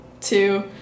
two